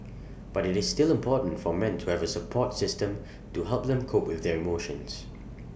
but IT is still important for men to have A support system to help them cope with their emotions